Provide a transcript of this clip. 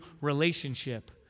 relationship